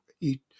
eat